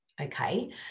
okay